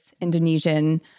Indonesian